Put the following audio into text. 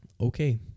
okay